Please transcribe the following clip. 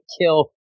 kill